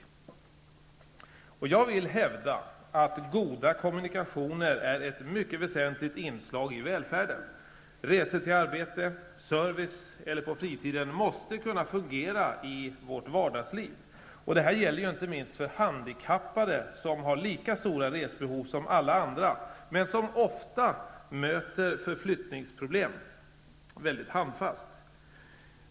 Jag vill hävda att goda kommunikationer är ett väsentligt inslag i välfärden. Resor till arbete, service eller på fritiden måste kunna fungera i vårt vardagsliv. Det gäller inte minst för handikappade som har lika stora resbehov som alla andra, men som ofta möter stora förflyttningsproblem väldigt handfast.